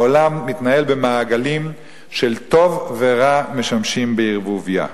העולם מתנהל במעגלים של טוב ורע המשמשים בערבוביה.